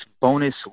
bonus